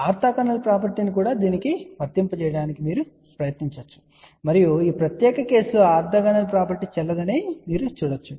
orthogonal property ని కూడా దీనికి వర్తింపజేయడానికి మీరు ప్రయత్నించవచ్చు మరియు ఈ ప్రత్యేక కేసులో ఆర్తోగోనల్ ప్రాపర్టీ చెల్లదని మీరు చూస్తారు